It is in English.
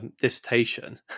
dissertation